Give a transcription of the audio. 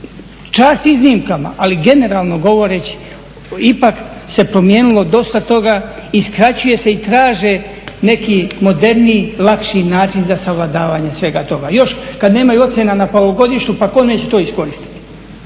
Čast iznimkama, ali generalno govoreći ipak se promijenilo dosta toga i skraćuje se i traže neki moderniji lakši način za savladavanje svega toga. Još kad nemaju ocjena polugodištu pa tko neće to iskoristiti.